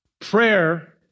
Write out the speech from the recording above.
Prayer